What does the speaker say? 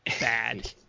bad